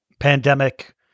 Pandemic